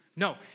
No